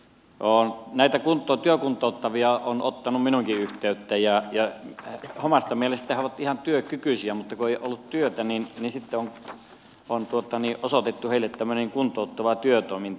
näitä työkuntoutettavia on ottanut minuunkin yhteyttä ja omasta mielestään he ovat ihan työkykyisiä mutta kun ei ole ollut työtä niin sitten on osoitettu heille tämmöinen kuntouttava työtoiminta